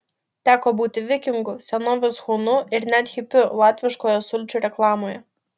teko būti vikingu senovės hunu ir net hipiu latviškoje sulčių reklamoje